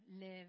live